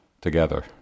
together